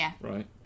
right